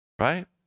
right